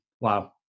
wow